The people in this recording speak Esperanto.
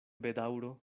bedaŭro